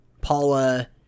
Paula